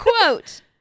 quote